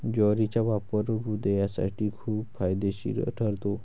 ज्वारीचा वापर हृदयासाठी खूप फायदेशीर ठरतो